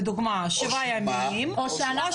לדוגמה שבעה ימים --- או שמה?